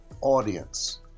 audience